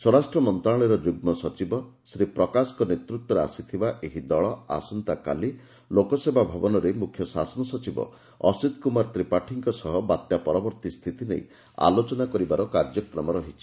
ସ୍ୱରାଷ୍ଟ ମନ୍ତଶାଳୟର ଯୁଗ୍ଗ ସଚିବ ଶ୍ରୀ ପ୍ରକାଶଙ୍କ ନେତୂତ୍ୱରେ ଆସିଥିବା ଏହି ଦଳ ଆସନ୍ତାକାଲି ଲୋକସେବା ଭବନରେ ମୁଖ୍ୟ ଶାସନ ସଚିବ ଅସୀତ କୁମାର ତ୍ରିପାଠୀଙ୍କ ସହ ବାତ୍ୟା ପରବର୍ତ୍ତୀ ସ୍ଥିତି ନେଇ ଆଲୋଚନା କରିବାର କାର୍ଯ୍ୟକ୍ରମ ରହିଛି